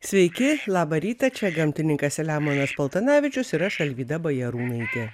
sveiki labą rytą čia gamtininkas selemonas paltanavičius ir aš alvyda bajarūnaitė